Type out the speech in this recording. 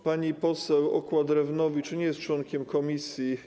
Pani poseł Okła-Drewnowicz nie jest członkiem komisji.